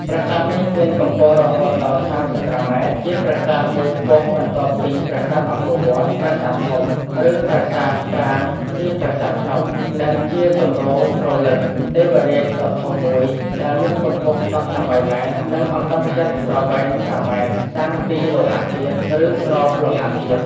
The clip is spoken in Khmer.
ប្រាសាទនេះមានកំពស់រហូតដល់ ៣៥ម៉ែត្រ ជាប្រាសាទមួយខ្ពស់ បន្ទាប់ពីប្រាសាទអង្គរវត្ត ប្រាសាទធំ ឬប្រាសាទប្រាង្គជាប្រាសាទភ្នំ និងជាទំរទ្រលិង្គ ទេវរាជដ៏ធំមួយដែលមានកំពស់១៨ម៉ែត្រ និងអង្កត់ផ្ចិតប្រវែង ៥ម៉ែត្រ (សាងពី លោហធាតុ ឬស្រោបលោហធាតុ) ។